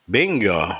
Bingo